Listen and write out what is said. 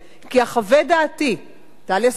"כי אחווה דעתי" טליה ששון,